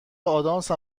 ادامس